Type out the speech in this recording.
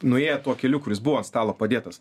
nuėję tuo keliu kuris buvo stalo padėtas